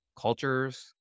cultures